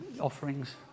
offerings